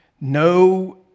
No